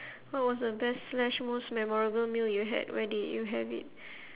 what was the best slash most memorable meal you had where did you have it